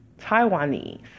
Taiwanese